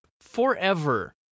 forever